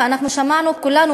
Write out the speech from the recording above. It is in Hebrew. ואנחנו שמענו כולנו,